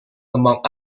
among